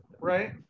right